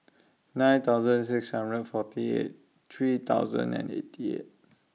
nine thousand six hundred forty eight three thousand and eighty eight